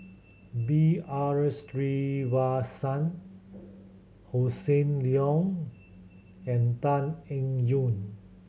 B R Sreenivasan Hossan Leong and Tan Eng Yoon